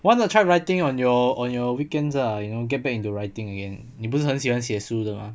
why not try writing on your on your weekends ah you know get back into writing again 你不是很喜欢写书的